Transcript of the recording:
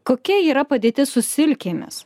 kokia yra padėtis su silkėmis